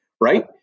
Right